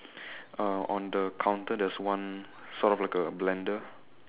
uh on the counter there's one sort of like a blender